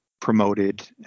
promoted